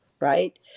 right